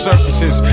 Surfaces